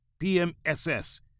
PMSS